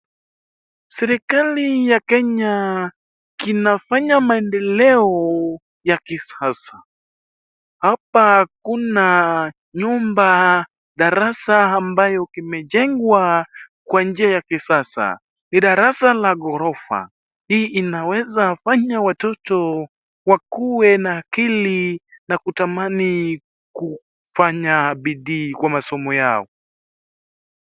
Serikali ya Kenya inafanya maendeleo ya kisasa, hapa kuna nyumba darasa ambayo kimejengwa kwa njia ya kisasa, ni darasa la ghorofa hii inaweza fanya watoto wakuwe na akili na kutamani kufanya bidii kwa masomo yao.